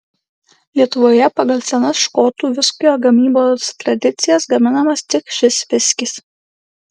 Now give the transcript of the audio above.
lietuvoje pagal senas škotų viskio gamybos tradicijas gaminamas tik šis viskis